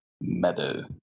meadow